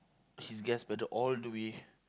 his gas pedal all the way